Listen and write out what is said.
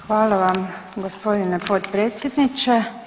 Hvala vam gospodine potpredsjedniče.